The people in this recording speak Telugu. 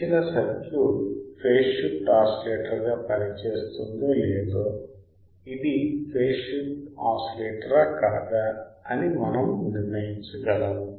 ఇచ్చిన సర్క్యూట్ ఫేజ్ షిఫ్ట్ ఆసిలేటర్గా పనిచేస్తుందో లేదో ఇది ఫేజ్ షిఫ్ట్ ఆసిలేటరా కాదా అని మనము నిర్ణయించగలము